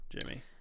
Jimmy